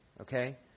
Okay